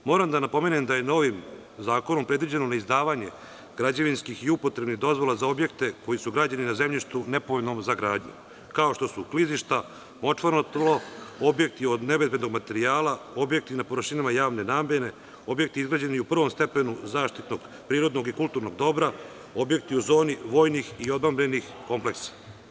Moram da napomenem da je novim zakonom predviđeno neizdavanje građevinskih i upotrebnih dozvola za objekte koji su građeni na zemljištu nepovoljnom za gradnju, kao što su klizišta, močvarno tlo, objekti od nebezbednog materijala, objekti na površinama javne namene, objekti izgrađeni u prvom stepenu zaštitnog prirodnog i kulturnog dobra, objekti u zoni vojnih i odbrambenih kompleksa.